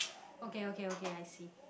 okay okay okay I see